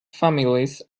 families